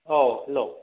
औ हेलौ